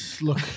look